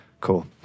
Cool